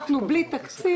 אנחנו בלי תקציב.